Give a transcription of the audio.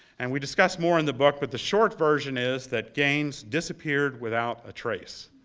and we discussed more in the book, but the short version is that gaines disappeared without a trace.